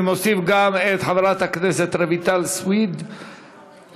אני מוסיף גם את חברת הכנסת רויטל סויד לפרוטוקול.